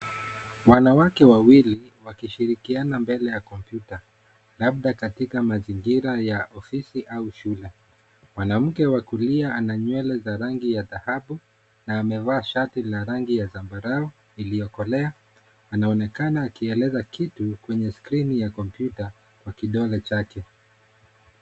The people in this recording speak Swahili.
Wanawake wawili, wakishirikiana mbele ya kompyuta, labda katika mazingira ya ofisi au shule. Mwanamke wa kulia ana nywele za rangi ya dhahabu na amevaa shati la rangi ya zambarau iliyokolea, anaonekana akieleza kitu kwenye skrini ya kompyuta kwa kidole chake.